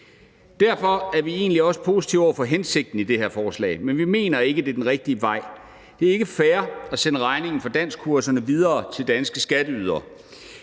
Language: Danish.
Derfor er vi egentlig også positive over for hensigten i det her forslag, men vi mener ikke, det er den rigtige vej. Det er ikke fair at sende regningen for danskkurserne videre til danske skatteydere.